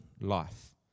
life